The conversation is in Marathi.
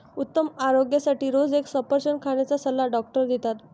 उत्तम आरोग्यासाठी रोज एक सफरचंद खाण्याचा सल्ला डॉक्टर देतात